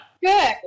Good